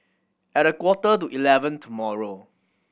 at a quarter to eleven tomorrow